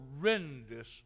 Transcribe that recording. horrendous